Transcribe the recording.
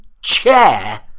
chair